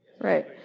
Right